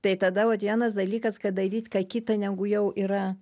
tai tada vat vienas dalykas kad daryt ką kitą negu jau yra